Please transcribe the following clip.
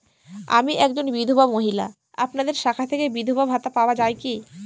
আমি একজন বিধবা মহিলা আপনাদের শাখা থেকে বিধবা ভাতা পাওয়া যায় কি?